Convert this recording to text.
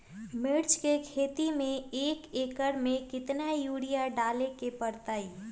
मिर्च के खेती में एक एकर में कितना यूरिया डाले के परतई?